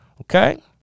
okay